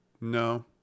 no